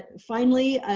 finally,